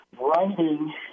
writing –